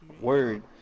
Word